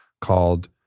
called